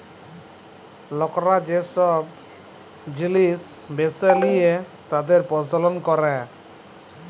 লকরা যে সব জিলিস বেঁচে লিয়ে তাদের প্রজ্বলল ক্যরে